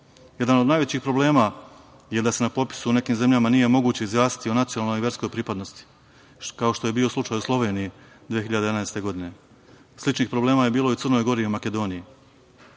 od najvećih problema je da se na popisu u nekim zemljama nije moguće izjasniti o nacionalnoj i verskoj pripadnosti, kao što je bio slučaj u Sloveniji 2011. godine. Sličnih problema je bilo i u Crnoj Gori i Makedoniji. Stav